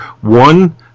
One